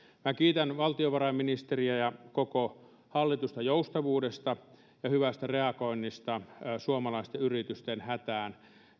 minä kiitän valtiovarainministeriä ja koko hallitusta joustavuudesta ja hyvästä reagoinnista suomalaisten yritysten hätään